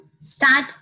Start